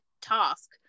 task